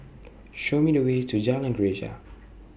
Show Me The Way to Jalan Greja